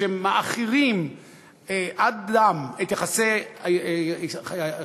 שמעכירים עד דם את יחסי הישראלים,